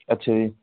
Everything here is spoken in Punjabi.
ਅੱਛਾ ਜੀ